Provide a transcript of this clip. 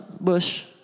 Bush